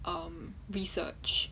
um research